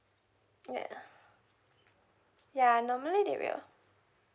ya ya normally they will